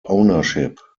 ownership